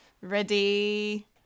Ready